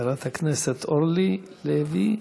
חברת הכנסת אורלי לוי.